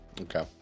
Okay